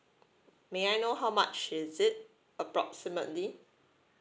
may I know how much is it approximately